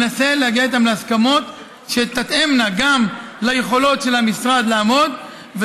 הוא מנסה גם להגיע איתם להסכמות שתתאמנה ליכולת של המשרד לעמוד בהן,